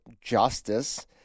justice